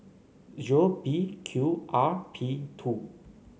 B Q R P two